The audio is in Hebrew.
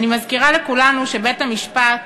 אני מזכירה לכולנו שבית-המשפט